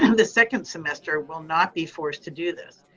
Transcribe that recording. um the second semester will not be forced to do this.